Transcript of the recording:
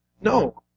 No